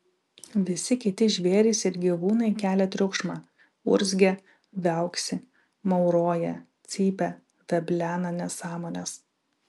visi kiti žvėrys ir gyvūnai kelia triukšmą urzgia viauksi mauroja cypia veblena nesąmones